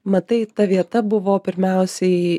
matai ta vieta buvo pirmiausiai